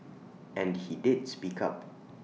and he did speak up